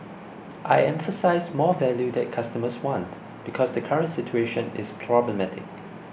I emphasised 'more value that customers want' because the current situation is problematic